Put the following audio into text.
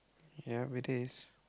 ya it is